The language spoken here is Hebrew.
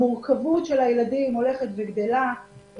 המורכבות של הילדים הולכת וגדלה,